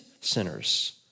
sinners